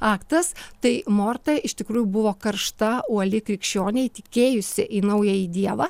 aktas tai morta iš tikrųjų buvo karšta uoli krikščionė įtikėjusi į naująjį dievą